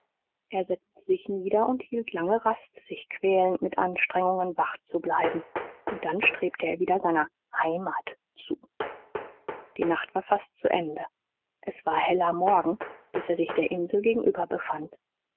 er setzte sich nieder und hielt lange rast sich quälend mit anstrengungen wach zu bleiben und dann strebte er wieder seiner heimat zu die nacht war fast zu ende es war heller morgen bis er sich der insel gegenüber befand